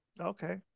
Okay